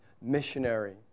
missionary